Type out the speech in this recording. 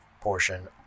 portion